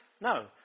No